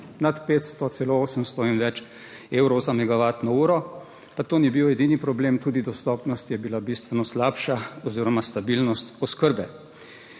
in več evrov za megavatno uro. Pa to ni bil edini problem, tudi dostopnost je bila bistveno slabša oziroma stabilnost oskrbe,